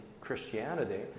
Christianity